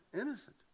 innocent